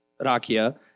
Rakia